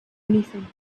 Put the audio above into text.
anything